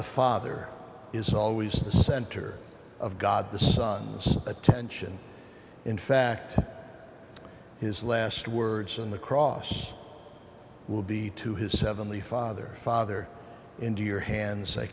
the father is always the center of god the son attention in fact his last words on the cross will be to his heavenly father father into your hands i